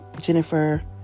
Jennifer